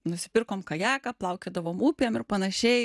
nusipirkom kajaką plaukiodavom upėm ir panašiai